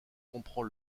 comprend